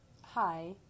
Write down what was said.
hi